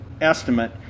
estimate